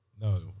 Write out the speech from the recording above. No